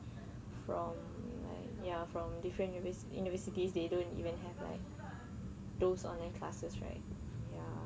from like ya from different univer~ universities they don't even have like those online classes right ya